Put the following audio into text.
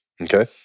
Okay